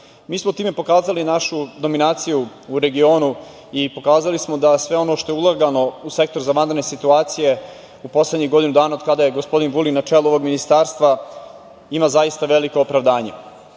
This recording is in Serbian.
smo time pokazali našu dominaciju u regionu i pokazali smo da se sve ono u šta je ulagano u Sektor za vanredne situacije u poslednjih godinu dana, od kada je gospodin Vulin na čelu ovog ministarstva, ima zaista veliko opravdanje.Međutim,